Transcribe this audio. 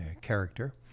character